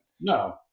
No